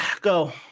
Go